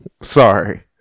sorry